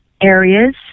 areas